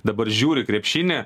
dabar žiūri krepšinį